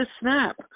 snap